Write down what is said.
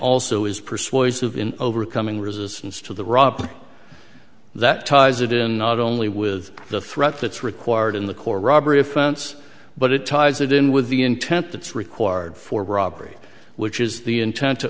also is persuasive in overcoming resistance to the rob that ties it in not only with the threat that's required in the core robbery offense but it ties it in with the intent that's required for robbery which is the intent to